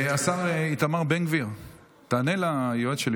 מכובדי היושב-ראש,